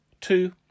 Two